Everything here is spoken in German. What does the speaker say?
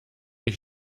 ich